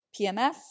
PMS